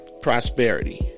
prosperity